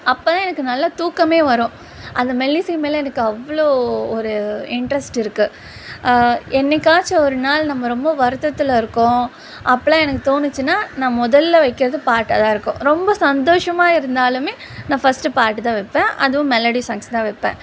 அப்போதான் எனக்கு நல்லா தூக்கமே வரும் அந்த மெல்லிசை மேலே எனக்கு அவ்வளோ ஒரு இண்ட்ரெஸ்ட் இருக்குது என்னைக்காச்சும் ஒரு நாள் நம்ம ரொம்ப வருத்தத்தில் இருக்கோம் அப்போலாம் எனக்கு தோணுச்சின்னால் நான் முதல்ல வைக்கிறது பாட்டாகதான் இருக்கும் ரொம்ப சந்தோஷமாக இருந்தாலுமே நான் ஃபர்ஸ்ட்டு பாட்டுதான் வைப்பேன் அதுவும் மெலோடி சாங்ஸ் தான் வைப்பேன்